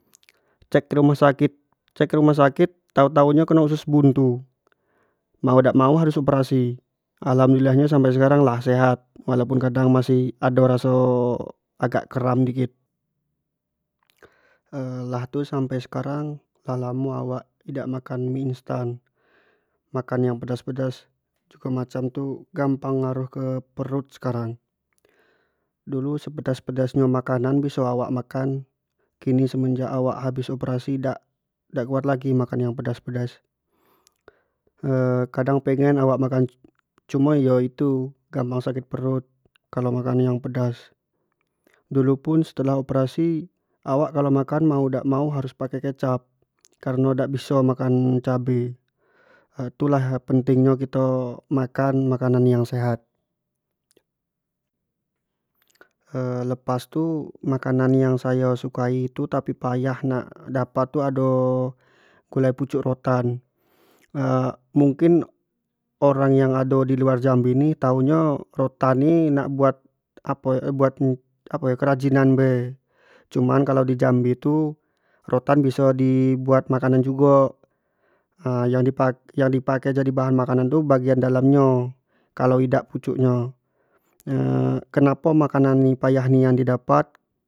Cek rumah sakit-cek rumah sakit tau- tau keno usus buntu, mau dak mau harus operasi, alhamdulillah nyo sampai sekarang lah sehat, walaupun kadang masih ado raso agak keram dikit lah tu sampai sekarang lah lamo awak idak makan mie instan, makan yang pedes- pedes segalo macam tu gampang gampang ngaruh ke perut sekarang, dulu se pedas-pedas nyo makanan biso awak makan, kini semenjak awak habis operasi dak kuat lagi makan yang pedas- pedas kadang pengen awak makan cuma iyo itu gampang akit perut kalua makan yang pedas, dulu pun setelah operasi awak, kalau makan mau dak mau harus pake kecap, kareno dak biso makan cabe, itu lah penting nyo kito makan- makanan yang sehat lepas tu makan yang sayo sukai tu tapi payah dapat tu ado gulai pucuk rotan mungkin orang yang ado di luar jambi ni tau nyo rotan ni nak buat apo yo nak buat kerajinan be, cuma kalau di jambi tu rotan bisa di buat makanan jugo, ha yang di pakai jadi bahan makanan tu bagian dalam nyo, kalau idak pucuk nyo kenapo makananni payah nian di dapat.